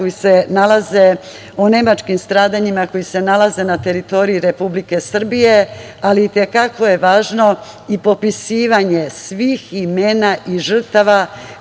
koji se nalaze u nemačkim stradanjima, koji se nalaze na teritoriji Republike Srbije, ali i te kako je važno i popisivanje svih imena i žrtava